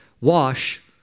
Wash